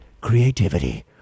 creativity